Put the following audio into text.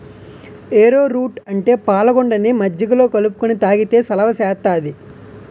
ఏరో route అంటే పాలగుండని మజ్జిగలో కలుపుకొని తాగితే సలవ సేత్తాది